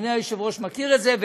אדוני היושב-ראש מכיר את זה,